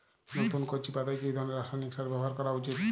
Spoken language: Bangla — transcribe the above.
নতুন কচি পাতায় কি ধরণের রাসায়নিক সার ব্যবহার করা উচিৎ?